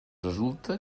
resulta